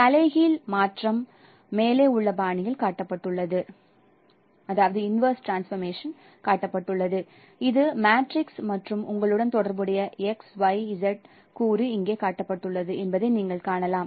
தலைகீழ் மாற்றம் மேலே உள்ள பாணியில் காட்டப்பட்டுள்ளது மேலும் இது மேட்ரிக்ஸ் மற்றும் உங்களுடன் தொடர்புடைய XYZ கூறு இங்கே காட்டப்பட்டுள்ளது என்பதை நீங்கள் காணலாம்